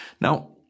now